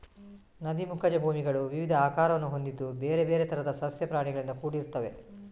ನದಿ ಮುಖಜ ಭೂಮಿಗಳು ವಿವಿಧ ಆಕಾರವನ್ನು ಹೊಂದಿದ್ದು ಬೇರೆ ಬೇರೆ ತರದ ಸಸ್ಯ ಪ್ರಾಣಿಗಳಿಂದ ಕೂಡಿರ್ತವೆ